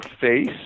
face